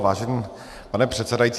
Vážený pane předsedající.